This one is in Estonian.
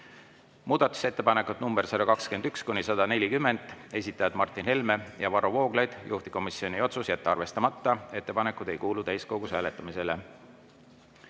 Muudatusettepanekud nr 121–140, esitajad Martin Helme ja Varro Vooglaid. Juhtivkomisjoni otsus: jätta arvestamata. Ettepanekud ei kuulu täiskogus hääletamisele.